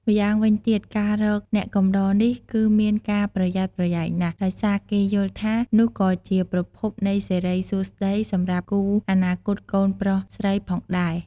ម្យ៉ាងវិញទៀតការរកអ្នកកំដរនេះគឺមានការប្រយ័ត្នប្រយែងណាស់ ដោយសារគេយល់ថា នោះក៏ជាប្រភពនៃសិរីសួស្តីសម្រាប់គូអនាគតកូនប្រុសស្រីផងដែរ។